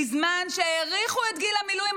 בזמן שהאריכו את גיל המילואים,